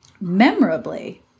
Memorably